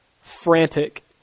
frantic